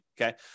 Okay